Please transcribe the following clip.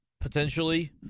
potentially